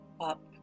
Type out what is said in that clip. up